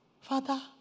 Father